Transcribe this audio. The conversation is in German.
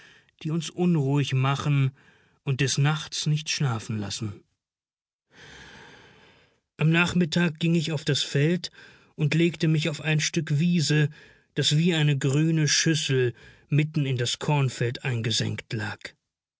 die uns unruhig machen und des nachts nicht schlafen lassen am nachmittage ging ich auf das feld und legte mich auf ein stück wiese das wie eine grüne schüssel mitten in das kornfeld eingesenkt lag